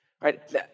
right